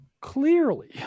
Clearly